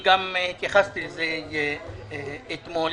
גם התייחסתי לזה אתמול.